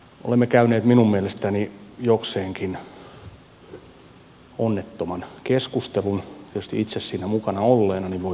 olemme käyneet minun mielestäni jokseenkin onnettoman keskustelun ja itse siinä mukana olleena voin ottaa peilin esiin